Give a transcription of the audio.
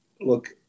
Look